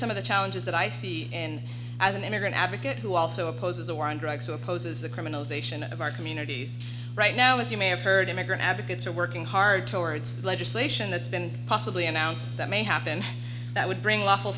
some of the challenges that i see and as an immigrant advocate who also opposes the war on drugs who opposes the criminalization of our communities right now as you may have heard immigrant advocates are working hard towards the legislation that's been possibly announced that may happen that would bring lawful